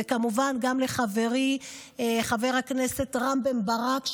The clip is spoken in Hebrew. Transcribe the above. וכמובן גם לחברי חבר הכנסת רם בן ברק,